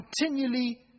continually